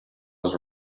was